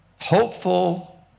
hopeful